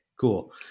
cool